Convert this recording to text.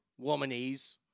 womanies